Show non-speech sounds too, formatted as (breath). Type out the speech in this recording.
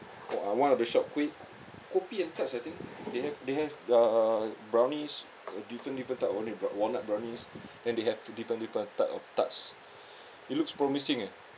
got uh one of the shop kuih kopi and tarts I think they have they have uh brownies uh different different type of only bro~ walnut brownies then they have different different type of tarts (breath) it looks promising eh